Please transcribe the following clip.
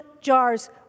jars